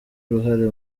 uruhare